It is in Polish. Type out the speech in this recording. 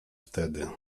wtedy